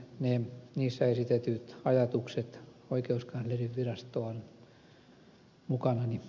vien niissä esitetyt ajatukset oikeuskanslerinvirastoon mukanani